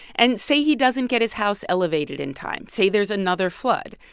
and say he doesn't get his house elevated in time. say there's another flood.